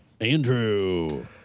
Andrew